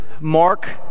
Mark